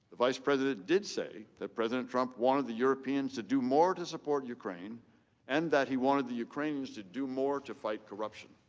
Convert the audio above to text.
the vice president did say that president trump wanted the europeans to do more to support ukraine and that he wanted the ukrainians to do more to fight corruption.